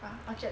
!wah! orchard